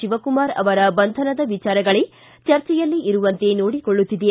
ಶಿವಕುಮಾರ ಅವರ ಬಂಧನದ ವಿಚಾರಗಳೇ ಚರ್ಚೆಯಲ್ಲಿ ಇರುವಂತೆ ನೋಡಿಕೊಳ್ಳುತ್ತಿದೆ